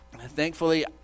thankfully